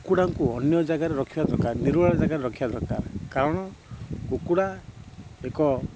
କୁକୁଡ଼ାଙ୍କୁ ଅନ୍ୟ ଜାଗାରେ ରଖିବା ଦରକାର ନିରୋଳା ଜାଗାରେ ରଖିବା ଦରକାର କାରଣ କୁକୁଡ଼ା ଏକ